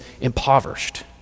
impoverished